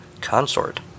consort